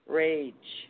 rage